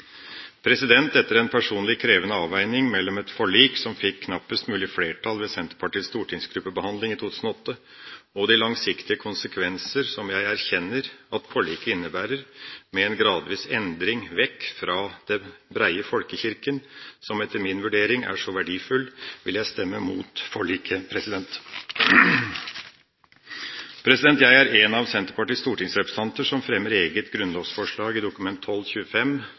Etter en personlig krevende avveining mellom et forlik som fikk knappest mulig flertall ved Senterpartiets stortingsgruppebehandling i 2008 og de langsiktige konsekvenser som jeg erkjenner at forliket innebærer, med en gradvis endring vekk fra den breie folkekirka – som etter min vurdering er så verdifull – vil jeg stemme mot forliket. Jeg er en av Senterpartiets stortingsrepresentanter som fremmer eget grunnlovsforslag i Dokument